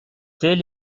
tel